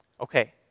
Okay